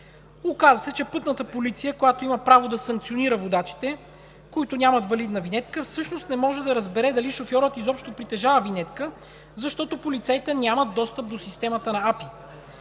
Оказа се, че и „Пътна полиция“, която има право да санкционира водачите, които нямат валидна винетка, всъщност не може да разбере дали шофьорът изобщо притежава винетка, защото полицаите нямат достъп до системата на АПИ.